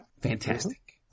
fantastic